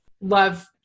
love